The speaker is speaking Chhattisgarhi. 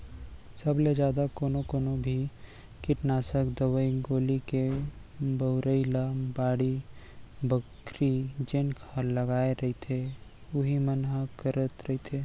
सब ले जादा कोनो कोनो भी कीटनासक दवई गोली के बउरई ल बाड़ी बखरी जेन लगाय रहिथे उही मन ह करत रहिथे